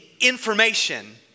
information